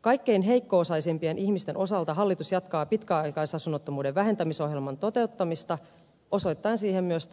kaikkein heikko osaisimpien ihmisten osalta hallitus jatkaa pitkäaikaisasunnottomuuden vähentämisohjelman toteuttamista osoittaen siihen myös